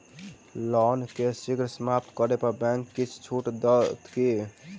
loan केँ शीघ्र समाप्त करै पर बैंक किछ छुट देत की